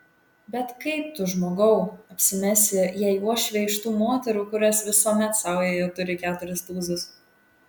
bet kaip tu žmogau apsimesi jei uošvė iš tų moterų kurios visuomet saujoje turi keturis tūzus